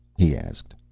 he asked.